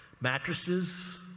mattresses